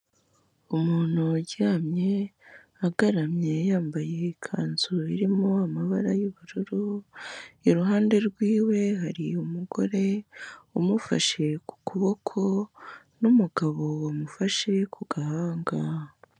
Umuntu uryamye agaramye, yambaye ikanzu irimo amabara y'ubururu, iruhande rw'iwe, hari umugore umufashe ku kuboko n'umugabo wamufashe ku gahanga.